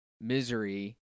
misery